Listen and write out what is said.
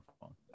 phone